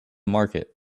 market